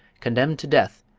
condemned to death,